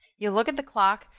you look at the clock,